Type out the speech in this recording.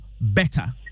better